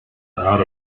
out